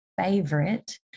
favorite